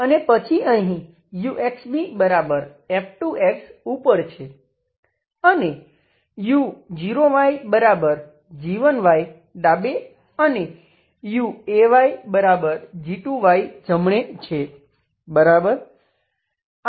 અને પછી અહીં uxbf2xઉપરછે અને u0yg1 અને uayg2 છે બરાબર